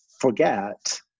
forget